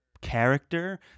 character